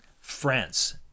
France